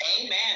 Amen